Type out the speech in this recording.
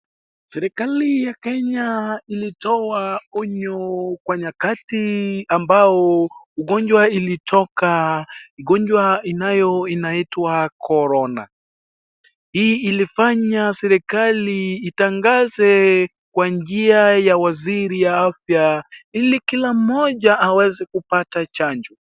Serikali ya Kenya ilitoa onyo kwa nyakati ambao ugonjwa ilitoka, ugonjwa inayo inaitwa Corona, hii ilifanya serikali itangaze kwa njia ya waziri ya afya ili kila mmoja aweze kupata chanjo .